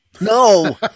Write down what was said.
no